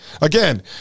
again